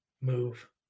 move